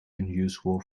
unusual